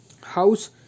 house